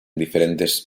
diferentes